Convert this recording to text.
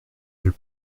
elle